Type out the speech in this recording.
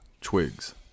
twigs